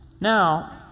Now